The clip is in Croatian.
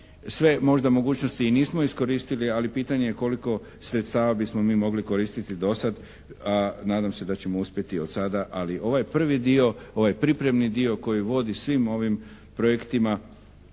sve možda mogućnosti i nismo iskoristili, ali pitanje je koliko sredstava bismo mi mogli koristiti do sad. A nadam se da ćemo uspjeti od sada. Ali ovaj prvi dio, ovaj pripremni dio koji vodi svim ovim projektima